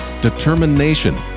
determination